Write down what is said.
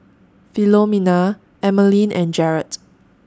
Philomena Emaline and Jarrett